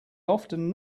often